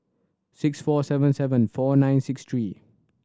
six four seven seven four nine six three